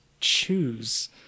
choose